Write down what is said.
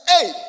hey